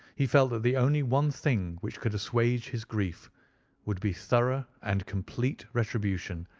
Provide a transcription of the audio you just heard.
he felt that the only one thing which could assuage his grief would be thorough and complete retribution,